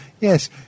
yes